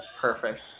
Perfect